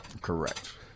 Correct